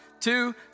two